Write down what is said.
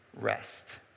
rest